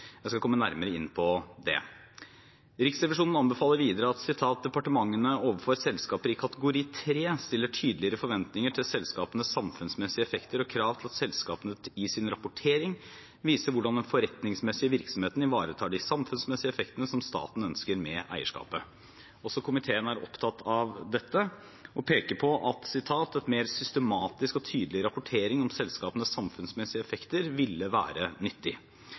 Jeg skal komme nærmere inn på det. Riksrevisjonen anbefaler videre at «departementene overfor selskaper i kategori 3 stiller tydeligere forventninger til selskapenes samfunnsmessige effekter og krav til at selskapene i sin rapportering viser hvordan den forretningsmessige virksomheten ivaretar de samfunnsmessige effektene som staten ønsker med eierskapet». Også komiteen er opptatt av dette og peker på at «en mer systematisk og tydelig rapportering om selskapenes samfunnsmessige effekter ville være nyttig».